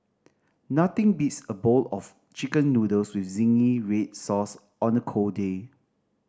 nothing beats a bowl of Chicken Noodles with zingy red sauce on a cold day